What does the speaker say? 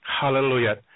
Hallelujah